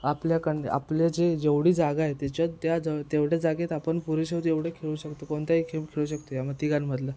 आपल्याकां आपले जे जेवढी जागा आहे त्याच्यात त्या ज तेवढ्या जागेत आपण पुरुषच एवढे खेळू शकतो कोणताही खेळ खेळू शकतो या मी तिघांमधलं